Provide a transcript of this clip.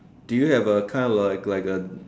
do you have a kind of like a